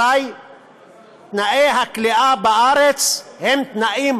אזי תנאי הכליאה בארץ הם תנאים